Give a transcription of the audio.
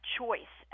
choice